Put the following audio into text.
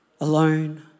alone